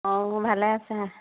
অঁ ভালে আছা